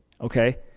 okay